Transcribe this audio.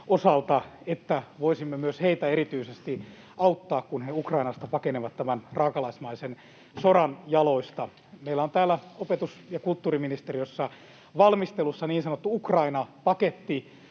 että voisimme myös heitä erityisesti auttaa, kun he Ukrainasta pakenevat tämän raakalaismaisen sodan jaloista. Meillä on täällä opetus‑ ja kulttuuriministeriössä valmistelussa niin sanottu Ukraina-paketti